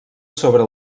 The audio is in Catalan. sobre